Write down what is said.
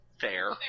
Fair